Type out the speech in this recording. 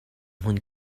hmun